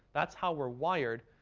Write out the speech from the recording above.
that's how we're wired,